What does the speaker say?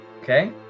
Okay